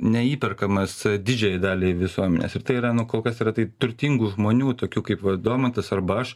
neįperkamas didžiąjai daliai visuomenės ir tai yra nu kolkas yra tai turtingų žmonių tokių kaip va domantas arba aš